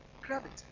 gravity